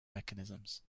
mechanisms